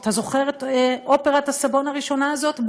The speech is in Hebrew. אתה זוכר את אופרת הסבון הראשונה הזאת,